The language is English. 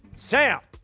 sam,